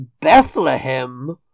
Bethlehem